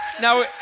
Now